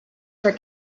for